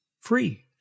free